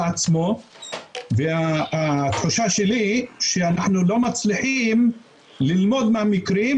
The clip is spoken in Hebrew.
עצמו והתחושה שלי שאנחנו לא מצליחים ללמוד מהמקרים